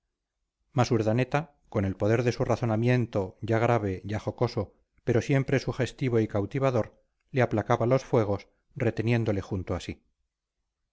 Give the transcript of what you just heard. mas urdaneta con el poder de su razonamiento ya grave ya jocoso pero siempre sugestivo y cautivador le aplacaba los fuegos reteniéndole junto a